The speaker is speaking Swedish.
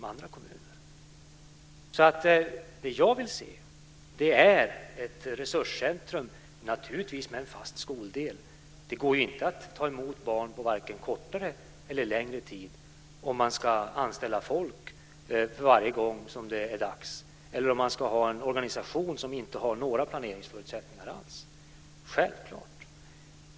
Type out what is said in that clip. Vad jag alltså vill se är ett resurscentrum, naturligtvis med en fast skoldel. Självklart går det inte att ta emot barn på vare sig kortare eller längre tid om man ska anställa folk varje gång som det är dags eller om man ska ha en organisation som inte har några planeringsförutsättningar alls.